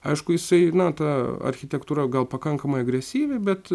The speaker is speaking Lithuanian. aišku jisai na ta architektūra gal pakankamai agresyvi bet